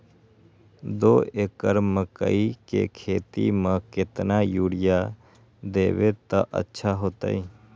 दो एकड़ मकई के खेती म केतना यूरिया देब त अच्छा होतई?